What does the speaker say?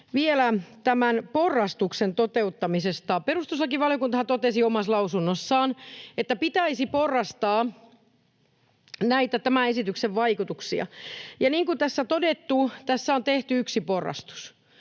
Vielä tämän porrastuksen toteuttamisesta: Perustuslakivaliokuntahan totesi omassa lausunnossaan, että pitäisi porrastaa näitä tämän esityksen vaikutuksia, ja niin kuin tässä on todettu, tässä on tehty yksi porrastus,